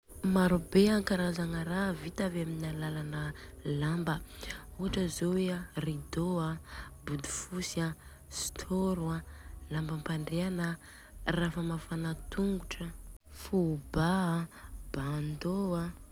Maro be karazagna ra vita aby amin'ny alalan'ny lamba. Ohatra zô hoe a ridô a, bodofotsy an, stôro an lambam-pandriana, ra famafana tongotra an, fôba an, bandô a.